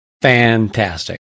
Fantastic